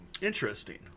Interesting